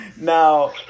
Now